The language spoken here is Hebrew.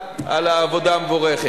אין מתנגדים ואין נמנעים.